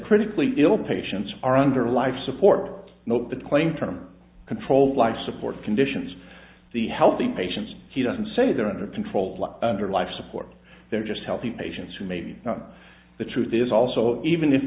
critically ill patients are under life support note the claim to control life support conditions the healthy patients he doesn't say they're under control under life support they're just healthy patients who make the truth is also even if